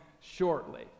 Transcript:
shortly